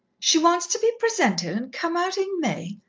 she wants to be presented and come out in may!